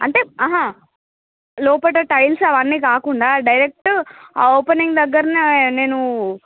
అంటే అహా లోపల టైల్స్ అవన్ని కాకుండా డైరెక్టు ఓపెనింగ్ దగ్గరనే నేనూ